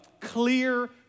clear